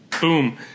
Boom